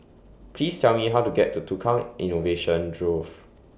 Please Tell Me How to get to Tukang Innovation Grove